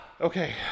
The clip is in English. Okay